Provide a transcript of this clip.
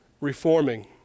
reforming